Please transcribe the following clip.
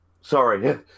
Sorry